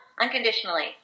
unconditionally